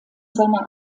seine